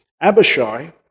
Abishai